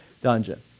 dungeon